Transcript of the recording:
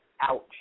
Ouch